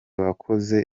wakoze